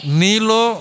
nilo